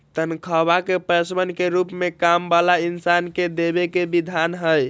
तन्ख्वाह के पैसवन के रूप में काम वाला इन्सान के देवे के विधान हई